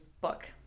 book